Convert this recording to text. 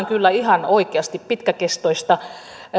kyllä ihan oikeasti pitkäkestoista